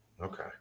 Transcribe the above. okay